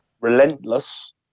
Relentless